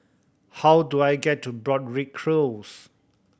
how do I get to Broadrick Close